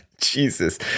Jesus